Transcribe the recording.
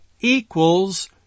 equals